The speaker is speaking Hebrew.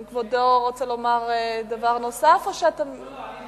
האם כבודו רוצה לומר דבר נוסף, או שאתה, לא, לא.